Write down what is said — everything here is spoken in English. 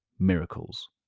miracles